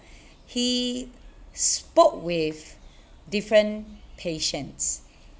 he spoke with different patients